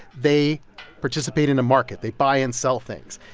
they participate in a market. they buy and sell things.